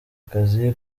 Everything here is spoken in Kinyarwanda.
akazi